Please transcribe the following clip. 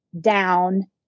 down